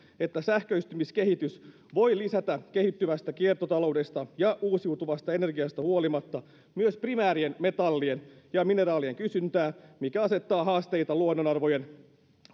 että sähköistymiskehitys voi lisätä kehittyvästä kiertotaloudesta ja uusiutuvasta energiasta huolimatta myös primäärien metallien ja mineraalien kysyntää mikä asettaa haasteita luonnonvarojen